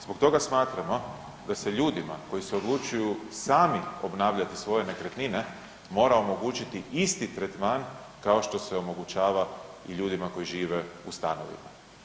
Zbog toga smatramo da se ljudima koji se odlučuju sami obnavljati svoje nekretnine mora omogućiti isti tretman kao što se omogućava i ljudima koji žive u stanovima.